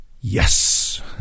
Yes